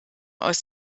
aus